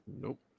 Nope